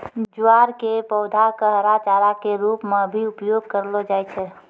ज्वार के पौधा कॅ हरा चारा के रूप मॅ भी उपयोग करलो जाय छै